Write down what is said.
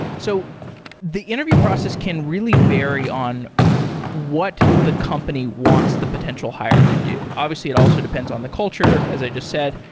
so the interview process can really vary on what the company wants the potential hire to do. obviously, it also depends on the culture, as i just said,